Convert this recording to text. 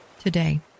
today